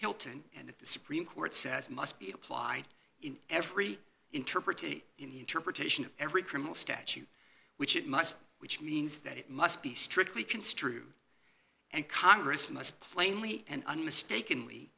hilton and that the supreme court says must be applied in every interpretive interpretation of every criminal statute which it must which means that it must be strictly construed and congress must plainly and on mistakenly